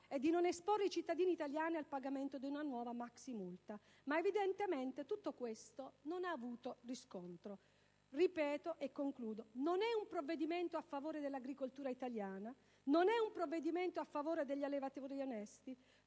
e di non esporre i cittadini italiani al pagamento di una nuova maximulta. Ma evidentemente tutto questo non ha avuto riscontro. Ripeto e concludo: non è un provvedimento a favore dell'agricoltura italiana non è un provvedimento, a favore degli allevatori onesti,